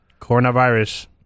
Coronavirus